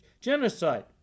genocide